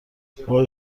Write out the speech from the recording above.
وای